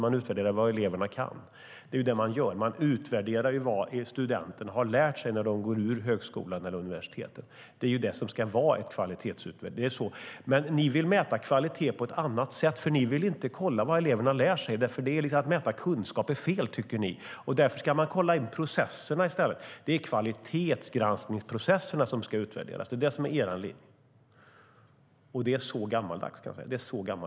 Man utvärderar vad eleverna kan; det är det man gör. Man utvärderar vad studenterna har lärt sig när de går ur högskolan eller universitetet. Det är ju det som ska vara en kvalitetsutvärdering. Ni vill mäta kvalitet på ett annat sätt, för ni vill inte kolla vad eleverna lär sig. Det är lite som att mäta kunskap, och det är fel, tycker ni. Därför ska man tydligen kolla in processerna i stället. Det är kvalitetsgranskningsprocesserna som ska utvärderas. Det är det som är er linje. Det är så gammeldags, kan jag säga.